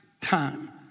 time